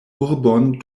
urbon